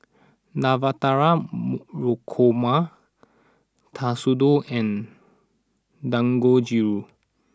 Navratan mo Korma Katsudon and Dangojiru